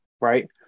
right